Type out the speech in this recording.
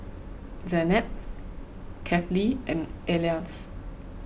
Zaynab Kefli and Elyas